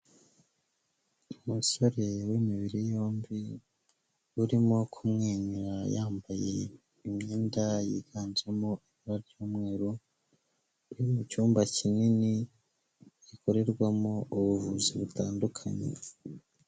Umusorere w'imibiri yombi, urimo kumwenyura, yambaye imyenda yiganjemo ibara ry'umweru, uri mu cyumba kinini gikorerwamo ubuvuzi butandukanye.